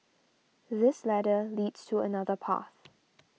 this ladder leads to another path